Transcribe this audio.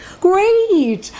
Great